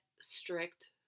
strict